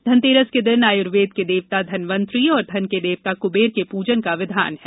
धनतेरस के दिन आयुर्वेद के देवता धन्वंतरी और धन के देवता कुंबेर के पूजन का विधान है